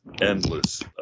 endless